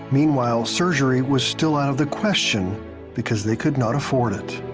meanwhile surgery was still out of the question because they could not afford it.